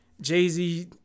Jay-Z